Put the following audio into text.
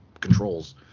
controls